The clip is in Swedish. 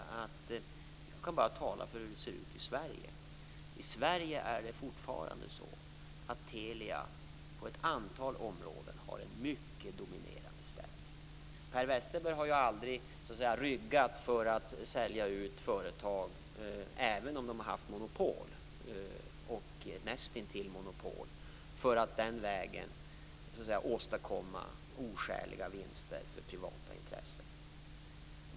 Jag kan bara tala för hur det ser ut i Sverige, och i Sverige har Telia fortfarande en mycket dominerande ställning på ett antal områden. Per Westerberg har ju aldrig ryggat för att sälja ut företag även om de haft monopol och nästintill monopol för att den vägen åstadkomma oskäliga vinster för privata intressen.